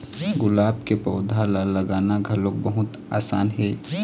गुलाब के पउधा ल लगाना घलोक बहुत असान हे